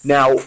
Now